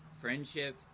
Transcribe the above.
Friendship